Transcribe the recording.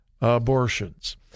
abortions